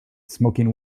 smoking